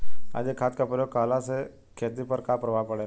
अधिक खाद क प्रयोग कहला से खेती पर का प्रभाव पड़ेला?